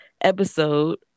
episode